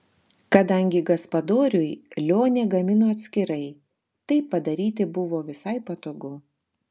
kadangi gaspadoriui lionė gamino atskirai taip padaryti buvo visai patogu